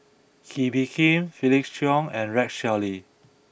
Kee Bee Khim Felix Cheong and Rex Shelley